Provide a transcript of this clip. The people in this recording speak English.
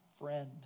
friend